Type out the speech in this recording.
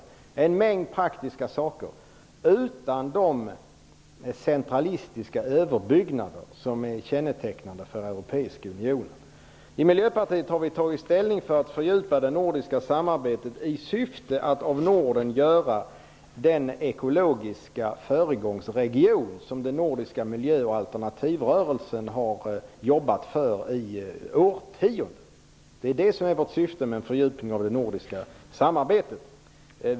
Det är fråga om en mängd praktiska saker men inte de centralistiska överbyggnader som är kännetecknande för den europeiska unionen. I Miljöpartiet har vi tagit ställning för ett fördjupande av det nordiska samarbetet i syfte att av Norden göra den ekologiska föregångsregion som den nordiska miljö och alternativrörelsen har jobbat för i årtionden. Det är det som är vårt syfte med en fördjupning av det nordiska samarbetet.